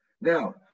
now